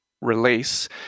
release